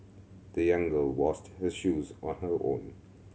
the young girl washed her shoes on her own